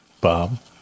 Bob